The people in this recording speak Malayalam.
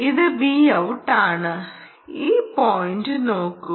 ഇത് Vout ആണ് ഈ പോയിന്റ് നോക്കൂ